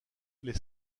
les